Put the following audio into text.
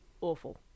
awful